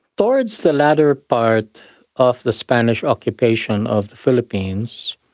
towards the latter part of the spanish occupation of the philippines,